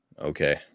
Okay